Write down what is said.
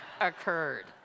occurred